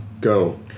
go